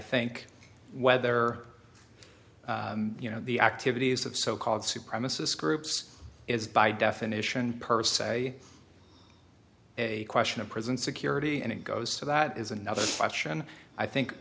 think whether you know the activities of so called supremacist groups is by definition per se a question of prison security and it goes to that is another question i think